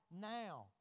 now